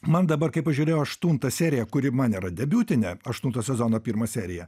man dabar kai pažiūrėjau aštuntą seriją kuri man yra debiutinė aštunto sezono pirma serija